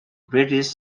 british